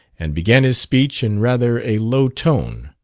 and began his speech in rather a low tone,